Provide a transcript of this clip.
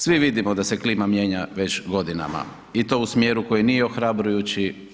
Svi vidimo da se klima mijenja već godinama i to u smjeru koji nije ohrabrujući.